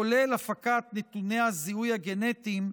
כולל הפקת נתוני הזיהוי הגנטיים,